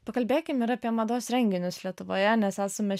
pakalbėkim ir apie mados renginius lietuvoje nes esame